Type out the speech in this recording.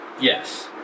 yes